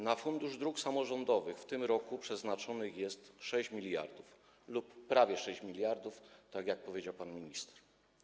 Na Fundusz Dróg Samorządowych w tym roku przeznaczonych jest 6 mld czy prawie 6 mld, tak jak powiedział pan minister.